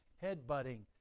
head-butting